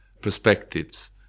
perspectives